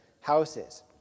houses